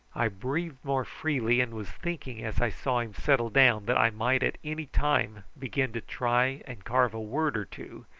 i breathed more freely, and was thinking as i saw him settle down that i might at any time begin to try and carve a word or two,